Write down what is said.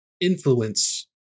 influence